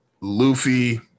Luffy